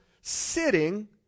sitting